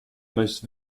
most